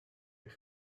eich